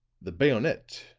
the bayonet,